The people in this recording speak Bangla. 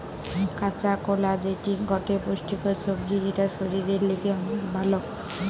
কাঁচা কোলা যেটি গটে পুষ্টিকর সবজি যেটা শরীরের লিগে অনেক ভাল